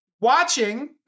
Watching